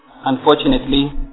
unfortunately